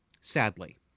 sadly